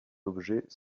objets